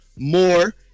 More